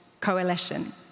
coalition